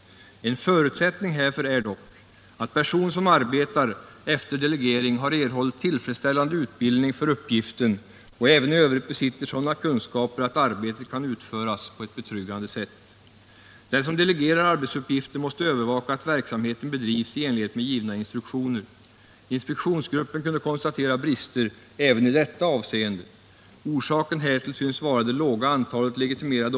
En förutsättning härför är dock att person som arbetar efter delegering har erhållit tillfredsställande utbildning för uppgiften och även i övrigt besitter sådana kunskaper att arbetet kan utföras på ett betryggande sätt. Den som delegerar arbetsuppgifter måste övervaka att verksamheten bedrivs i enlighet med givna instruktioner. Inspektionsgruppen kunde konstatera brister även i detta avseende. Orsaken härtill synes vara det låga antalet leg.